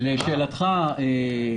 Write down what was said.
לשאלתך,